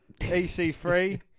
EC3